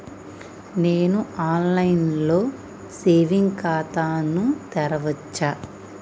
నేను online లో saving ఖాతా ను తెరవచ్చా?